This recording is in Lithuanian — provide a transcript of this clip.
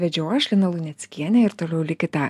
vedžiau aš lina luneckienė ir toliau likite